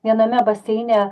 viename baseine